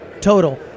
total